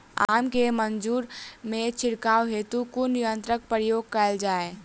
आम केँ मंजर मे छिड़काव हेतु कुन यंत्रक प्रयोग कैल जाय?